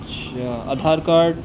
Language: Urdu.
اچھا آدھار کارڈ